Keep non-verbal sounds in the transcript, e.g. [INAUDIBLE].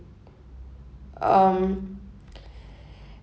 um [NOISE]